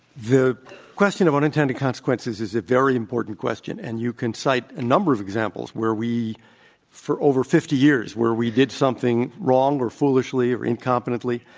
the question of unintended consequences is a very important question. and you can cite a number of examples where we for over fifty years, where we did something wrong or foolishly or incompetently.